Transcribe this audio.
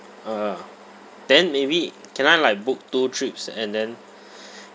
ah then maybe can I like book two trips and then